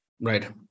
Right